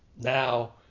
now